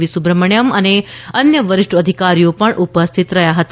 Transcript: વી સુબ્રમણ્યમ અને અન્ય વરિષ્ઠ અધિકારીઓ પણ ઉપસ્થિત રહ્યા હતા